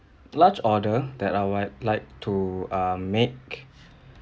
large order that I will like like to err make